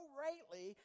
rightly